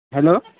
hello